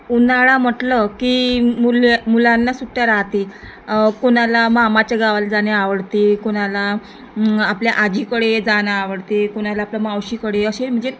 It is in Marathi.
उन्हाळा म्हटलं की मुलं मुलांना सुट्ट्या राहते कोणाला मामाच्या गावाला जाणे आवडते कोणाला आपल्या आजीकडे जाणं आवडते कोणाला आपल्या मावशीकडे असे म्हणजे